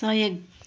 सहयोग